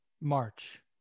March